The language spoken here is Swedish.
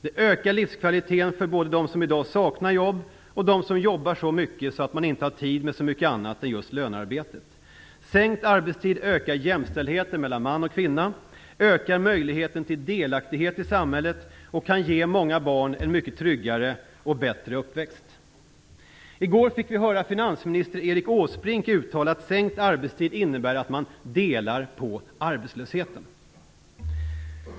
Det ökar livskvaliteten både för dem som i dag saknar jobb och för dem som jobbar så mycket att de inte har tid med så mycket annat än just lönearbetet. Sänkt arbetstid ökar jämställdheten mellan man och kvinna, ökar möjligheten till delaktighet i samhället och kan ge många barn en mycket tryggare och bättre uppväxt. I går fick vi höra finansminister Erik Åsbrink uttala att sänkt arbetstid innebär att man delar på arbetslösheten.